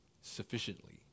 sufficiently